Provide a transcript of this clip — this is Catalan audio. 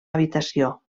habitació